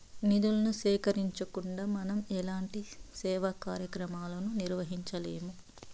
నిధులను సేకరించకుండా మనం ఎలాంటి సేవా కార్యక్రమాలను నిర్వహించలేము